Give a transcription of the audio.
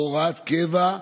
להוראת קבע.